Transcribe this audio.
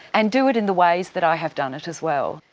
and do it in the ways that i have done it as well.